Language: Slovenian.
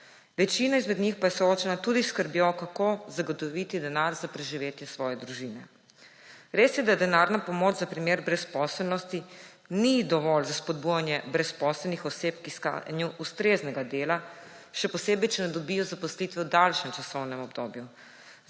Večina izmed njih pa je soočena tudi s skrbjo, kako zagotoviti denar za preživetje svoje družine. Res je, da denarna pomoč za primer brezposelnosti ni dovolj za spodbujanje brezposelnih oseb k iskanju ustreznega dela, še posebej, če ne dobijo zaposlitve v daljšem časovnem obdobju.